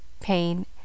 PAIN